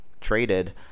traded